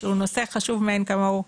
שהוא נושא חשוב מאין כמוהו.